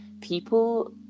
people